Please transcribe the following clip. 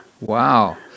Wow